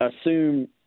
assume